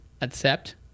accept